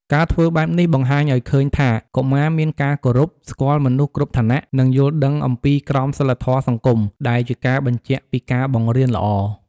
ការធ្វើបែបនេះបង្ហាញឲ្យឃើញថា កុមារមានការគោរព ស្គាល់មនុស្សគ្រប់ឋានៈ និងយល់ដឹងអំពីក្រមសីលធម៌សង្គម ដែលជាការបញ្ជាក់ពីការបង្រៀនល្អ